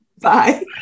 bye